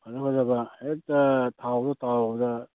ꯐꯖ ꯐꯖꯕ ꯍꯦꯛꯇ ꯊꯥꯎꯗ ꯇꯥꯎꯕꯗ